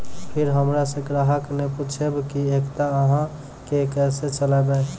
फिर हमारा से ग्राहक ने पुछेब की एकता अहाँ के केसे चलबै?